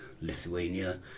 Lithuania